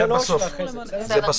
נגמור את סעיף 3 ואחרי זה.